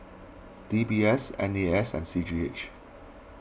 D B S N A S and C G H